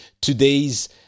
today's